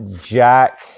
Jack